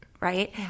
right